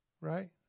right